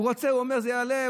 הוא אומר: זה יעלה,